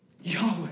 Yahweh